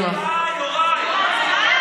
הצבעה.